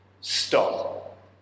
stop